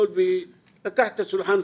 לקח את השולחן,